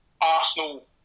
Arsenal